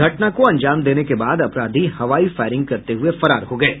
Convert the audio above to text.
घटना को अंजाम देने के बाद अपराधी हवाई फायरिंग करते हुए फरार हो गये